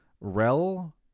Rel